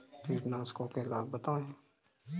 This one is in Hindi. कीटनाशकों के लाभ बताएँ?